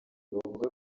bavuga